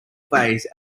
vase